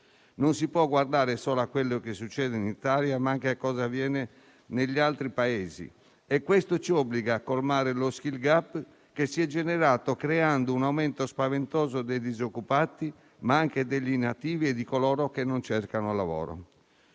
non si può guardare solo a quanto succede in Italia, ma anche a cosa avviene negli altri Paesi e questo ci obbliga a colmare lo *skill gap* che si è generato creando un aumento spaventoso dei disoccupati, ma anche degli inattivi e di coloro che non cercano lavoro.